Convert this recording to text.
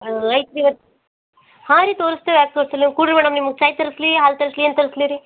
ಹಾಂ ಐತೆರಿ ಹಾಂ ರೀ ತೋರಸ್ತಿವಿ ಯಾಕೆ ತೋರ್ಸಲೆವು ಕೂರ್ರೀ ಮೇಡಮ್ ನಿಮ್ಗೆ ಚಾಯ್ ತರಿಸ್ಲಿ ಹಾಲು ತರಿಸ್ಲಿ ಏನು ತರಿಸ್ಲಿ ರೀ